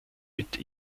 mit